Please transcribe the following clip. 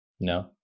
No